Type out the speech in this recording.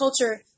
culture